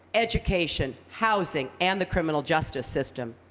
education, housing, and the criminal justice system.